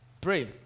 Pray